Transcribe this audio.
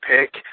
pick